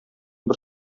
бер